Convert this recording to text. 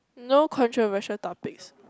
no controversial topics